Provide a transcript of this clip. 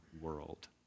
world